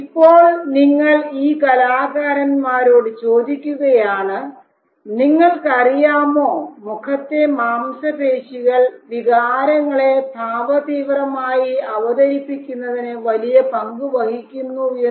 ഇപ്പോൾ നിങ്ങൾ ഈ കലാകാരന്മാരോട് ചോദിക്കുകയാണ് നിങ്ങൾക്കറിയാമോ മുഖത്തെ മാംസപേശികൾ വികാരങ്ങളെ ഭാവതീവ്രമായി അവതരിപ്പിക്കുന്നതിന് വലിയ പങ്കു വഹിക്കുന്നു എന്ന്